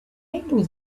handle